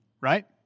right